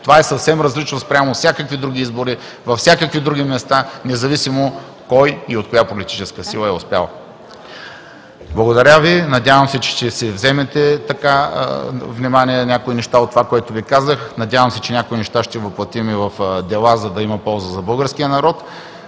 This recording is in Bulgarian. Това е съвсем различно спрямо всякакви други избори, във всякакви други места, независимо кой и от коя политическа сила е успял. Надявам се, че ще вземете под внимание някои неща от това, което Ви казах. Надявам се, че някои неща ще въплътим в дела, за да има полза за българския народ.